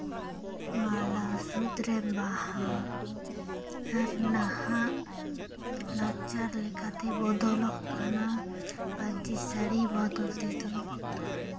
ᱢᱟᱞᱟ ᱥᱩᱫᱨᱮ ᱵᱟᱦᱟ ᱟᱨ ᱱᱟᱦᱟᱜ ᱞᱟᱠᱪᱟᱨ ᱞᱮᱠᱟᱛᱮ ᱵᱚᱫᱚᱞᱚᱜ ᱠᱟᱱᱟ ᱯᱟᱹᱧᱪᱤ ᱥᱟᱹᱲᱤ ᱵᱚᱫᱚᱞ ᱛᱮᱫᱚ